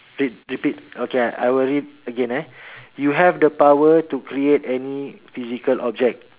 said repeat okay I I will read again ah you have the power to create any physical object